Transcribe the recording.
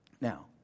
Now